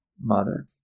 mother